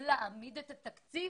להעמיד את התקציב